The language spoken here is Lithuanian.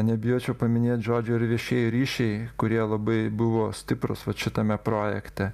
nebijočiau paminėt žodžio ir viešieji ryšiai kurie labai buvo stiprūs vat šitame projekte